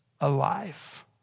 alive